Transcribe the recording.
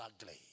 ugly